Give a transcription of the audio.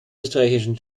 österreichischen